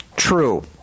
True